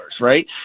right